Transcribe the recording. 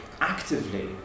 actively